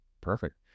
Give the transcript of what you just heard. Perfect